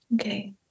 Okay